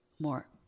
more